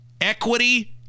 Equity